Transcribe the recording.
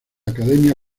academia